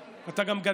זה לא מתאים לסגנונך,